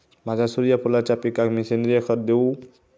माझ्या सूर्यफुलाच्या पिकाक मी सेंद्रिय खत देवू?